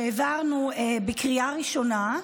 שהעברנו בקריאה ראשונה,